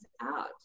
out